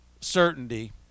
certainty